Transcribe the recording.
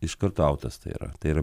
iš karto autas tai yra tai yra